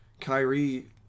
Kyrie